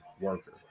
worker